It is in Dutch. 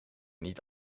niet